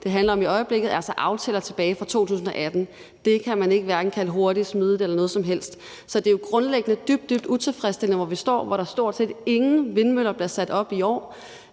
det handler om i øjeblikket, altså ligger i aftaler tilbage fra 2018. Det kan man hverken kalde hurtigt, smidigt eller noget som helst i den dur. Så det er jo grundlæggende dybt, dybt utilfredsstillende, at vi står dér, hvor der stort set ingen vindmøller bliver sat op i år.